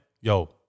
Yo